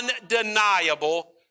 undeniable